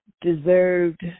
deserved